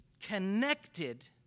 connected